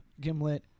Gimlet